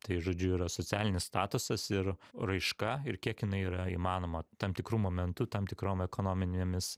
tai žodžiu yra socialinis statusas ir raiška ir kiek jinai yra įmanoma tam tikru momentu tam tikrom ekonominėmis